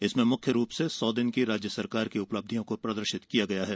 इसमें मुख्य रूप से सौ दिन की राज्य सरकार की उपलब्धियों को प्रदर्शित किया गया है